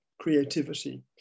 creativity